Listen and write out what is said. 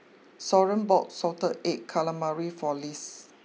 Soren bought Salted Egg Calamari for Lisle